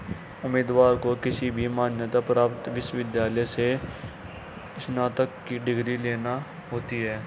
उम्मीदवार को किसी भी मान्यता प्राप्त विश्वविद्यालय से स्नातक की डिग्री लेना होती है